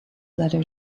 letter